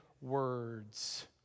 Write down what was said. words